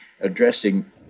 addressing